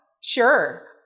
sure